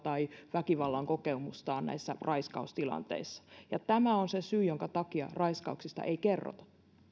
tai väkivallan kokemustaan näissä raiskaustilanteissa ja tämä on se syy jonka takia raiskauksista ei kerrota